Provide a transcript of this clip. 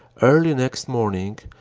early next morning,